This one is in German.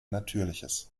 natürliches